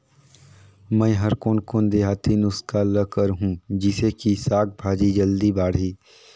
मै हर कोन कोन देहाती नुस्खा ल करहूं? जिसे कि साक भाजी जल्दी बाड़ही?